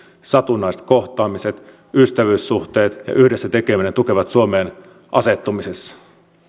satunnaiset kohtaamiset ystävyyssuhteet ja yhdessä tekeminen tukevat suomeen asettumisessa